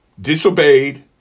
disobeyed